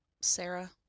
Sarah